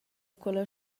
quella